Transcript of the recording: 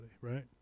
right